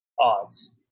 odds